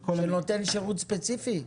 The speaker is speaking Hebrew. של נותן שירות ספציפי?